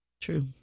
True